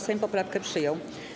Sejm poprawkę przyjął.